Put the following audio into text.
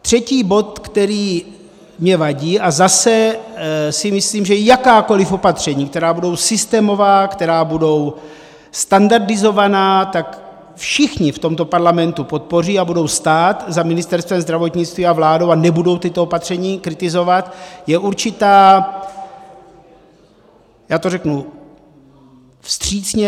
Třetí bod, který mně vadí a zase si myslím, že jakákoliv opatření, která budou systémová, která budou standardizovaná, všichni v tomto parlamentu podpoří a budou stát za Ministerstvem zdravotnictví a vládou a nebudou tato opatření kritizovat je určitá, já to řeknu vstřícně, nesystematičnost.